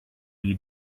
you